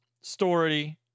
story